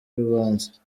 urubanza